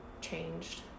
changed